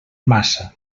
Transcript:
massa